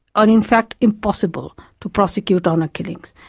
and in fact impossible to prosecute honour killings.